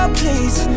please